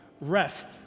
rest